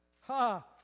Ha